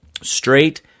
Straight